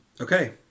okay